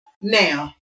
now